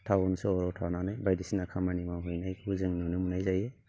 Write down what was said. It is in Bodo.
टाउन सहराव थानानै बायदिसिना खामानि मावहैनायखौबो जों नुनो मोननाय जायो